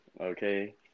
Okay